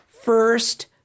first